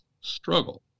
struggle